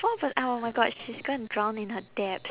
four per~ ah oh my god she's gonna drown in her debt